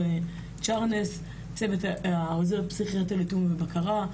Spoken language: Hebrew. צוות העוזר לפסיכיאטר לתאום ובקרה,